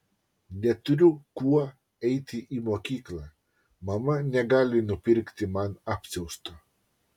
neturiu kuo eiti į mokyklą mama negali nupirkti man apsiausto